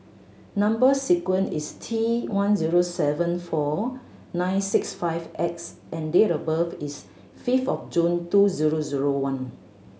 number sequence is T one zero seven four nine six five X and date of birth is fifth of June two zero zero one